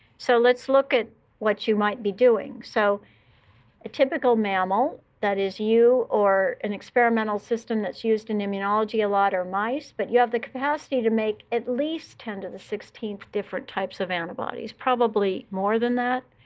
so let's look at what you might be doing. so a typical mammal, that is you or an experimental system that's used in immunology. a lot are mice. but you have the capacity to make at least ten to sixteenth different types of antibodies, probably more than that.